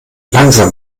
langsam